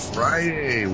Friday